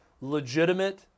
legitimate